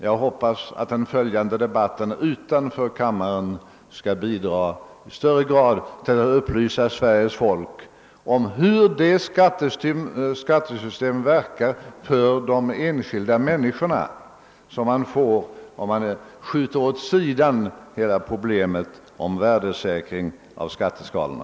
Jag hoppas att den följande debatten utanför kammaren skall bidra till att i högre grad upplysa Sveriges folk om hur skattesystemet verkar för de enskilda människorna om man skjuter åt sidan hela problemet med värdesäkring av skatteskalorna.